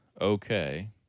okay